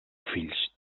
fills